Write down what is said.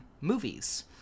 movies